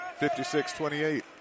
56-28